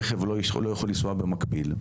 רכב לא יכול לנסוע במקביל,